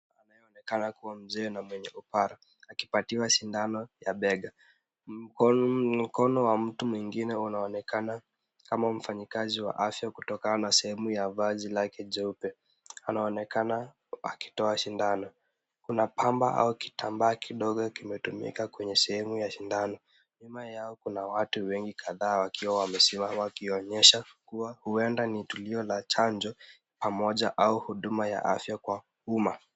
Anayeonekana kuwa mzee mwenye upara, akipatiwa sindano ya bega. Mkono wa mtu mwingine unaonekana kama mfanyakazi wa afya kutokana na sehemu vazi lake jeupe. Kuna pamba ama kitambaa kidogo kimetumika kwenye sehemu ya sindano. Nyuma yao kuna watu wengi kadhaa wakiwa wamesimama wakionyesha kuwa ni tulio la chanjo ama huduma ya afya kwa umma.